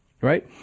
Right